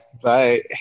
Bye